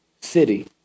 city